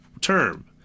term